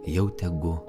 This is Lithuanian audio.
jau tegu